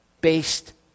based